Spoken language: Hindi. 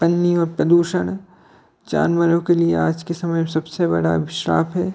पन्नी और प्रदूषण जानवरों के लिए आज के समय में सबसे बड़ा अभिश्राप है